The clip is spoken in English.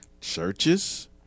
churches